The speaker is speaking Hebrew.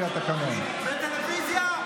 אין חברי אופוזיציה.